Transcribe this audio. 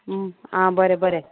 आं बरें बरें